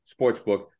sportsbook